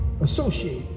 associate